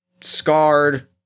Scarred